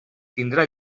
tindrà